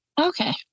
Okay